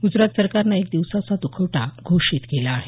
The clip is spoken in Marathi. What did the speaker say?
ग्जरात सरकारनं एक दिवसाचा दुखवटा घोषित केला आहे